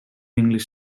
english